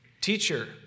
Teacher